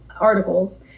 articles